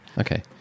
Okay